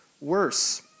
worse